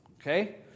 Okay